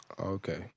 Okay